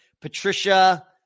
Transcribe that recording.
Patricia